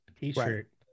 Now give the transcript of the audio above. t-shirt